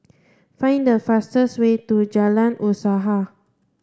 find the fastest way to Jalan Usaha